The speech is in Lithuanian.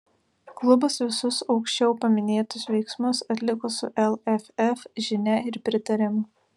klubas visus aukščiau paminėtus veiksmus atliko su lff žinia ir pritarimu